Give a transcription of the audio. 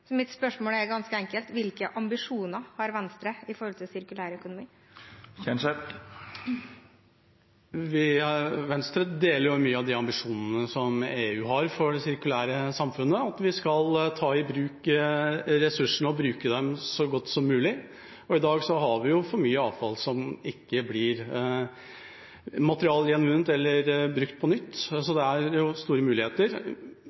Så mitt spørsmål er ganske enkelt: Hvilke ambisjoner har Venstre for sirkulær økonomi? Venstre deler mange av de ambisjonene som EU har for det sirkulære samfunnet, at vi skal ta i bruk ressursene og bruke dem så godt som mulig. I dag har vi for mye avfall som ikke blir materialgjenvunnet eller brukt på nytt, så det er store muligheter.